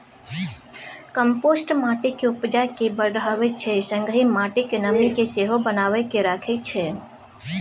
compost माटिक उपजा केँ बढ़ाबै छै संगहि माटिक नमी केँ सेहो बनाए कए राखै छै